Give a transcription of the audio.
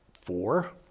four